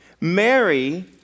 Mary